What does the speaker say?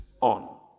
on